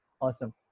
awesome